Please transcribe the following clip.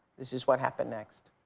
this is what happened next.